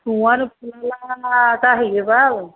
नआनो फुरलाला जाहैयो बाल